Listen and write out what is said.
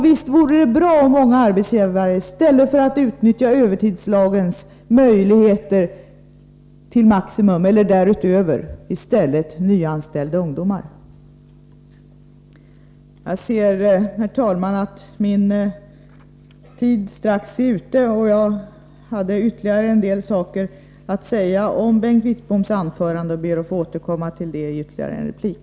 Visst vore det bra om många arbetsgivare i stället för att utnyttja övertidslagens möjligheter till maximum eller därutöver nyanställde ungdomar. Jag ser, herr talman, att min taletid strax är ute. Jag hade ytterligare en del saker att säga om Bengt Wittboms anförande, och jag ber att få återkomma till det i ytterligare en replik.